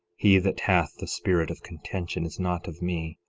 he that hath the spirit of contention is not of me,